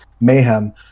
mayhem